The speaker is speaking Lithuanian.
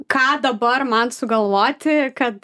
ką dabar man sugalvoti kad